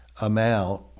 amount